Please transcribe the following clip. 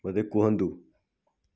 ମୋତେ କୁହନ୍ତୁ